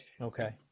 Okay